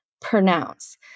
pronounce